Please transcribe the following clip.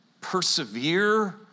persevere